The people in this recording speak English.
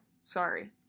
Sorry